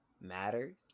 matters